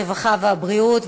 הרווחה והבריאות.